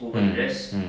mm mm